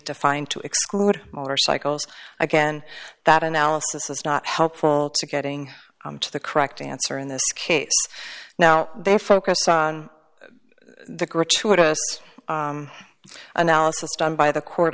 defined to exclude motorcycles again that analysis is not helpful to getting to the correct answer in this case now they focus on the gratuitous analysis done by the court